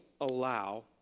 allow